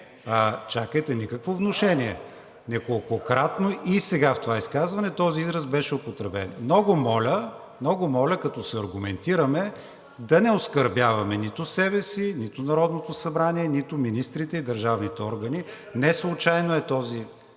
Чакайте, никакво внушение. Неколкократно, а и сега – в това изказване, този израз беше употребен. Много моля, когато се аргументираме, да не оскърбяваме нито себе си, нито Народното събрание, нито министрите и държавните органи. Неслучайно този текст